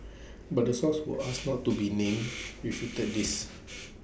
but the source who asked not to be named refuted this